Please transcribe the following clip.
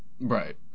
Right